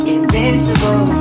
Invincible